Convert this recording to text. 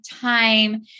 time